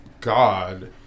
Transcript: God